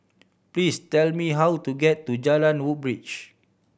please tell me how to get to Jalan Woodbridge